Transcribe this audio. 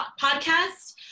podcast